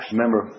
Remember